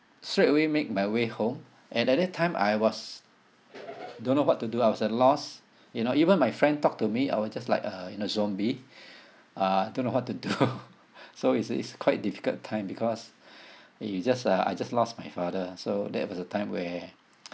straight away make my way home and at that time I was don't know what to do I was at loss you know even my friend talked to me I was just like uh you know zombie uh don't know what to do so it's it's quite difficult time because you just uh I just lost my father so that was a time where